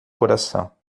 coração